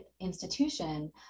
institution